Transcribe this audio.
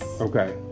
Okay